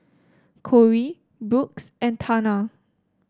Kory Brooks and Tana